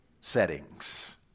settings